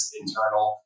internal